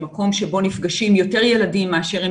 במקום שבו נפגשים יותר ילדים מאשר הם